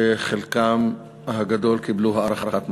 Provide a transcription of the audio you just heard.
וחלקם הגדול קיבלו הארכת מעצר.